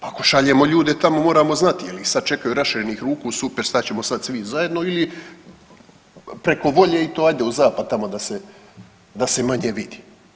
Ako šaljemo ljude tamo moramo znati je li ih sad čekaju raširenih ruku, super stat ćemo sad svi zajedno ili preko volje i to ajde u zapad tamo da se, da se manje vidi.